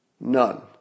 None